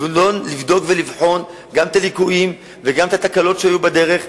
לבדוק ולבחון גם את הליקויים וגם את התקלות שהיו בדרך,